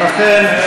אכן.